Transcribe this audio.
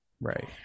Right